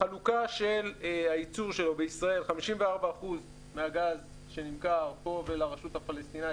חלוקת הייצור שלו בישראל 54% מהגז שנמכר פה ולרשות הפלסטינית,